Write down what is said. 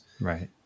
Right